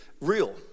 real